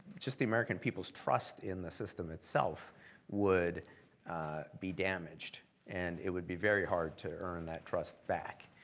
just the american people's trust in the system itself would be damaged, and it would be very hard to earn that trust back.